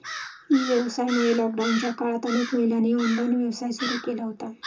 E व्यवसायामुळे लॉकडाऊनच्या काळात अनेक महिलांनी ऑनलाइन व्यवसाय सुरू केला होता